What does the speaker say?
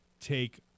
take